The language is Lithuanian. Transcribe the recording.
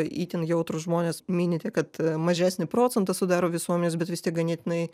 itin jautrūs žmonės minite kad mažesnį procentą sudaro visuomenės bet vis tik ganėtinai